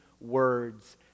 words